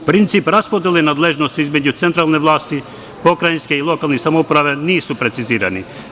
Princip raspodele nadležnosti između centralne vlasti, pokrajinske i lokalnih samouprava nisu precizirani.